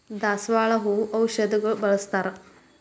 ದಾಸಾಳ ಹೂ ಔಷಧಗು ಬಳ್ಸತಾರ